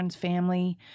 family